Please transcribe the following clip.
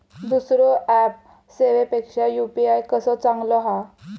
दुसरो ऍप सेवेपेक्षा यू.पी.आय कसो चांगलो हा?